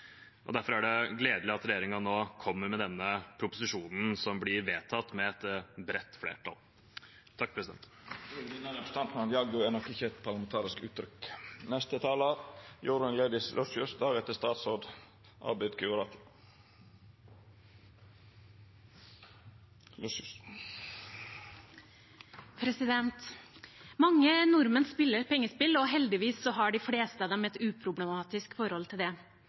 og derfor er det gledelig at regjeringen nå kommer med denne proposisjonen som blir vedtatt med et bredt flertall. Presidenten vil minna representanten på at «jaggu» nok ikkje er eit parlamentarisk uttrykk. Mange nordmenn spiller pengespill, og heldigvis har de fleste av dem et uproblematisk forhold til det.